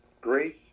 Grace